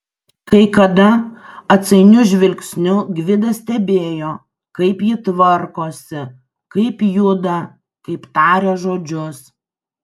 kai kada atsainiu žvilgsniu gvidas stebėjo kaip ji tvarkosi kaip juda kaip taria žodžius